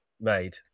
made